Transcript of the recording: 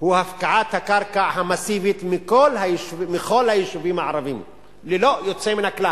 הוא הפקעת הקרקע המסיבית מכל היישובים הערביים ללא יוצא מן הכלל,